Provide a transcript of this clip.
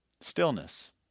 Stillness